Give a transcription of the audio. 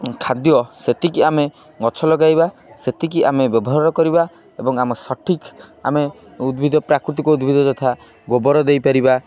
ଖାଦ୍ୟ ସେତିକି ଆମେ ଗଛ ଲଗାଇବା ସେତିକି ଆମେ ବ୍ୟବହାର କରିବା ଏବଂ ଆମ ସଠିକ୍ ଆମେ ଉଦ୍ଭିଦ ପ୍ରାକୃତିକ ଉଦ୍ଭିଦ ଯଥା ଗୋବର ଦେଇପାରିବା